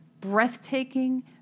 breathtaking